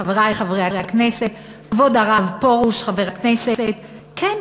חברי חברי הכנסת, כבוד חבר הכנסת הרב פרוש, כן,